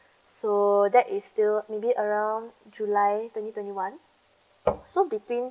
so that is still maybe around july twenty twenty one so between